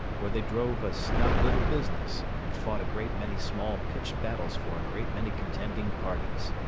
where they drove a snug little business, and fought a great many small pitched battles for a great many contending parties.